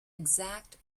exact